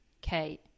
Kate